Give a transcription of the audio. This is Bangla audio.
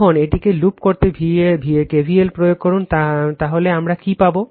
এখন এটিকে লুপ করতে KVL প্রয়োগ করুন তাহলে আমরা কী পাব